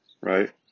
right